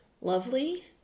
lovely